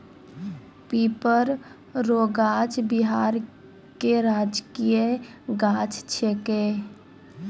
पीपर रो गाछ बिहार के राजकीय गाछ छिकै